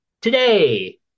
today